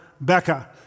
Becca